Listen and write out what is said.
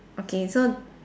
okay so